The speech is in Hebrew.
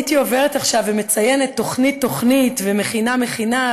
הייתי עוברת עכשיו ומציינת תוכנית-תוכנית ומכינה-מכינה,